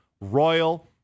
Royal